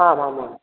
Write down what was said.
आम् आम् आम्